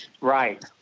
right